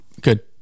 Good